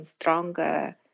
stronger